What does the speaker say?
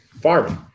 farming